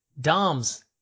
Doms